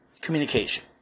Communication